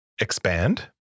expand